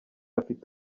afite